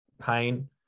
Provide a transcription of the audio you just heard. pain